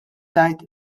tgħid